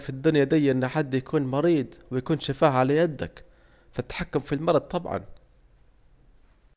في الدنيا ديه ان حد يكون مريض ويكون شفاه على يدك، فالتحكم في المرض طبعا